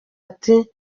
ati